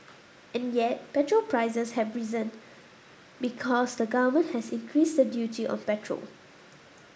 and yet petrol prices have risen because the Government has increased the duty of petrol